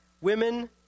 women